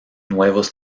nuevos